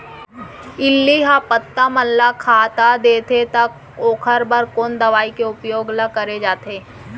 इल्ली ह पत्ता मन ला खाता देथे त ओखर बर कोन दवई के उपयोग ल करे जाथे?